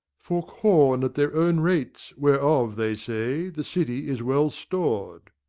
for corn at their own rates whereof they say the city is well stor'd.